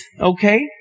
Okay